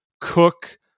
Cook